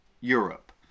Europe